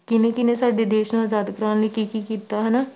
ਕਿਹਨੇ ਕਿਹਨੇ ਸਾਡੇ ਦੇਸ਼ ਨੂੰ ਆਜ਼ਾਦ ਕਰਵਾਉਣ ਲਈ ਕੀ ਕੀ ਕੀਤਾ ਹੈ ਨਾ